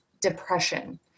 depression